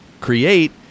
Create